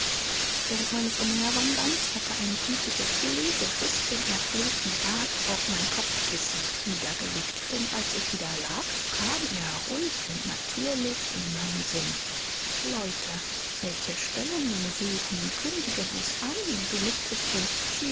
während meines umherwanderns hatte eine gütige fee gewiß den erflehten rat auf mein kopfkissen niedergelegt denn als ich wieder lag kam er ruhig und natürlich in meinen sinn leute welche stellungen suchen kündigen es an du mußt es